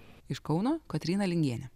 iš kauno kotryna lingienė